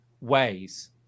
ways